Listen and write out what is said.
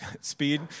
speed